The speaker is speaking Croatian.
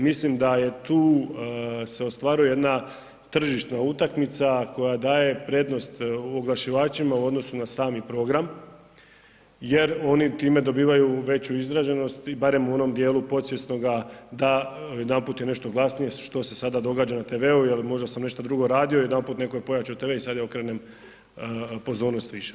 Mislim da se tu ostvaruje jedna tržišna utakmica koja daje prednost oglašivačima u odnosu na sami program jer oni time dobivaju veću izraženost barem u onom dijelu podsvjesnoga da odjedanput je nešto glasnije što se sada događa na TV-u ili možda sam nešto drugo radio odjedanput neko je pojačao TV i sada ja okrenem pozornost više.